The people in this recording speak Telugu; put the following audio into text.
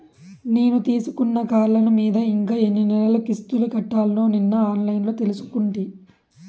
నేను తీసుకున్న కార్లోను మీద ఇంకా ఎన్ని నెలలు కిస్తులు కట్టాల్నో నిన్న ఆన్లైన్లో తెలుసుకుంటి